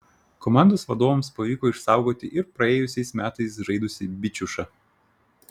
komandos vadovams pavyko išsaugoti ir praėjusiais metais žaidusį bičiušą